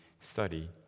study